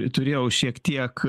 turėjau šiek tiek